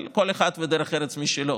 אבל לכל אחד דרך ארץ משלו.